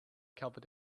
covered